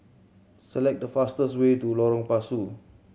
select the fastest way to Lorong Pasu